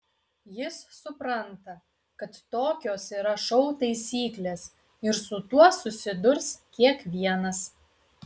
jis supranta kad tokios yra šou taisyklės ir su tuo susidurs kiekvienas